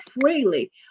freely